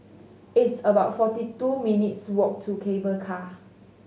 it's about forty two minutes' walk to Cable Car